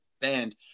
band